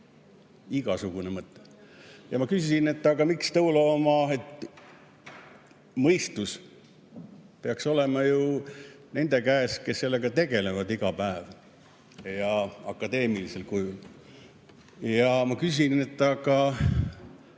igasugune mõte. Ma küsisin, miks tõulooma ... Mõistus peaks olema ju nende käes, kes sellega tegelevad iga päev ja akadeemilisel kujul. Ja ma küsisin temalt